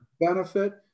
Benefit